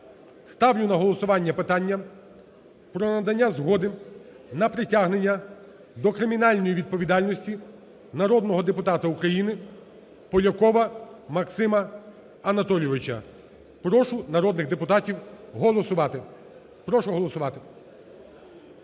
ставлю на голосування питання про надання згоди на притягнення до кримінальної відповідальності народного депутата України Полякова Максима Анатолійовича. Прошу народних депутатів голосувати.